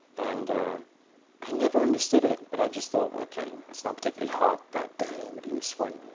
and i never understood it. but i just thought, ok. it's not particularly hot that day, and but he was sweating.